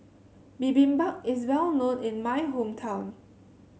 Bibimbap is well known in my hometown